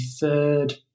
third